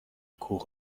کوه